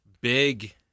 Big